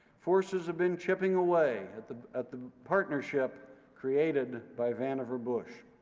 forces have been chipping away at the at the partnership created by vannevar bush.